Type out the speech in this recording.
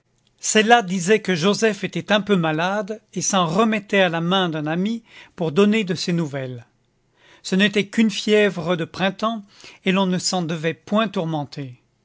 celle-là disait que joseph était un peu malade et s'en remettait à la main d'un ami pour donner de ses nouvelles ce n'était qu'une fièvre de printemps et l'on ne s'en devait point